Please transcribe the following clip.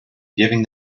giving